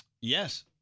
Yes